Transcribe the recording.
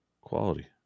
quality